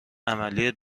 عملی